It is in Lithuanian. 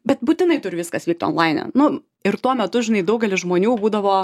bet būtinai turi viskas vykt onlaine nu ir tuo metu žinai daugelis žmonių būdavo